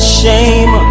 shame